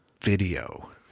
video